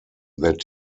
that